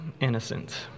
innocent